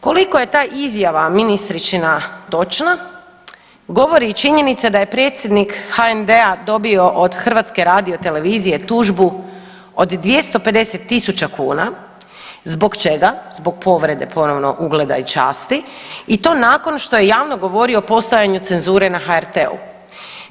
Koliko je ta izjava ministričina točna govori i činjenica da je predsjednik HND dobio od HRT-a tužbu od 250.000 kuna zbog čega, zbog povrede, ponovno, ugleda i časti i to nakon što je javno govorio o postojanju cenzure na HRT-u.